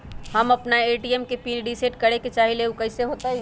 हम अपना ए.टी.एम के पिन रिसेट करे के चाहईले उ कईसे होतई?